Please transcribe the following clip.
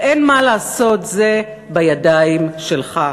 ואין מה לעשות, זה בידיים שלך,